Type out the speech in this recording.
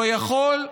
לא יכול,